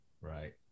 Right